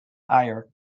tyre